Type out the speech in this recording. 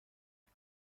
روز